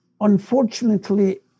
unfortunately